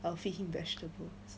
I'll feed him vegetables